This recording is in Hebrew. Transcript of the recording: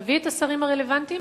ולהביא את השרים הרלוונטיים